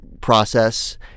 process